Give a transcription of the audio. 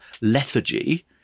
lethargy